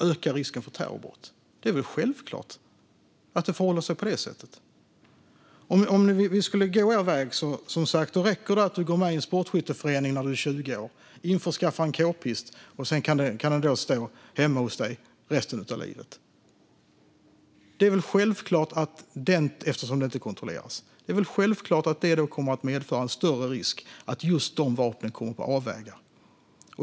Om vi går er väg kan man som 20-åring gå med i en sportskytteförening och skaffa en kpist som man sedan kontrollfritt kan ha därhemma resten av livet. Det kommer givetvis att medföra större risk för att sådana vapen kommer på avvägar.